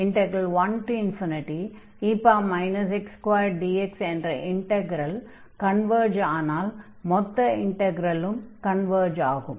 1dx என்ற integral converge ஆனால் மொத்த இன்டக்ரலும் கன்வர்ஜ் ஆகும்